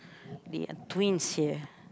they are twins ya